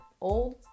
old